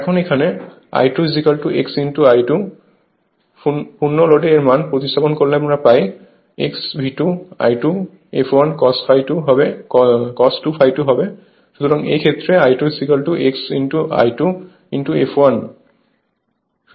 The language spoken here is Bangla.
এখন এখানে I2 x I2 পূর্ণ লোড এর মান প্রতিস্থাপন করেলে আমরা পাই xV2 I2 fl cos2 ∅2 সুতরাং এই ক্ষেত্রে I2 x I2 fl